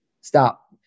Stop